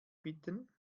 bitten